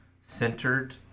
centered